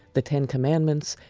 the ten commandments,